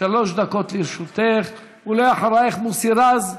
שלוש דקות לרשותך, ואחרייך, מוסי רז.